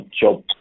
job